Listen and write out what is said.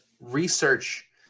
research